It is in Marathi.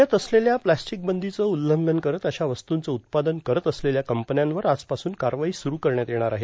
राज्यात असलेल्या प्लॅस्टिक बंदीचं उल्लंघन करत अशा वस्तूंचं उत्पादन करत असलेल्या कंपन्यांवर आजपासून कारवाई सुरू करण्यात येणार आहे